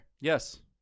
Yes